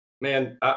Man